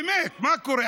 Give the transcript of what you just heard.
באמת, מה קורה?